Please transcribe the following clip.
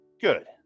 Good